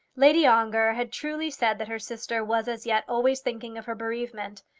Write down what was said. lady ongar had truly said that her sister was as yet always thinking of her bereavement.